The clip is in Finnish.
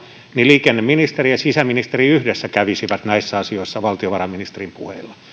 liikenneministeri ja sisäministeri yhdessä kävisivät näissä asioissa valtiovarainministerin puheilla